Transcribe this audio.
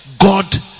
God